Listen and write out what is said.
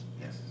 Yes